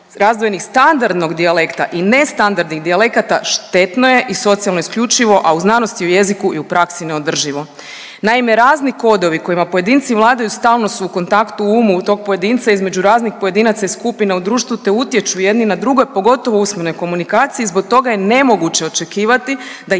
razdvojenih standardnog dijalekta i nestandardnih dijalekata štetno je i socijalno isključivo, a u znanosti o jeziku i u praksi neodrživo. Naime, razni kodovi kojima pojedinci vladaju stalno su u kontaktu u umu u tog pojedinca između raznih pojedinaca i skupina u društvu te utječu jedni na druge, pogotovo u usmenoj komunikaciji, zbog toga je nemoguće očekivati da jezična